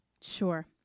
Sure